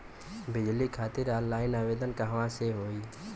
बिजली खातिर ऑनलाइन आवेदन कहवा से होयी?